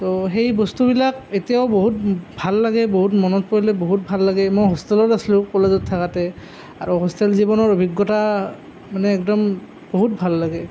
তো সেই বস্তুবিলাক এতিয়াও বহুত ভাল লাগে বহুত মনত পৰিলে বহুত ভাল লাগে মই হোষ্টেলত আছিলোঁ কলেজত থাকোঁতে আৰু হোষ্টেল জীৱনৰ অভিজ্ঞতা মানে একদম বহুত ভাল লাগে